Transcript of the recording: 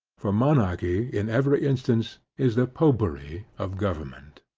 for monarchy in every instance is the popery of government.